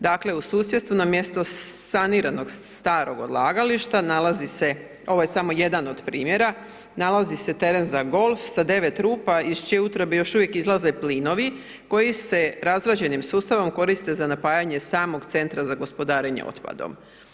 Dakle, u susjedstvu na mjesto saniranog starog odlagališta, nalazi se, ovo je samo jedan od primjera, nalazi se teren za golf sa 9 rupa iz čije utrobe još uvijek izlazi plinovi koji se razgrađenim sustavom koriste za napajanje samog centra za gospodarenje otpadom.